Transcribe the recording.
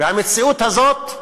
והמציאות הזאת היא